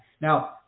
Now